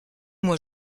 moi